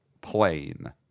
plain